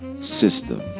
System